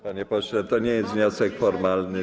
Panie pośle, to nie jest wniosek formalny.